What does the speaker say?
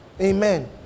Amen